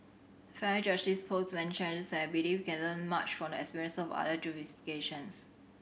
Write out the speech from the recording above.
family justice pose many challenges and I believe we can learn much from the experience of other jurisdictions